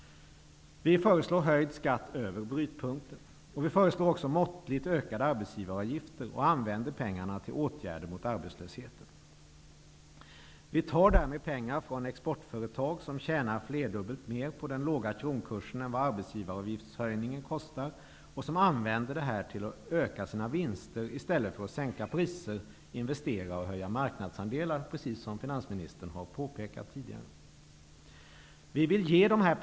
Vi föreslår höjd skatt över brytpunkten. Vi föreslår också måttligt ökade arbetsgivaravgifter och vill använda pengarna till åtgärder mot arbetslösheten. Vi vill därmed ta pengar från exportföretag som tjänar flerdubbelt mer på den låga kronkursen än vad arbetsgivaravgiftshöjningen kostar och som använder detta till att öka sina vinster i stället för att sänka priser, investera och höja sina marknadsandelar, precis som finansministern tidigare har påpekat.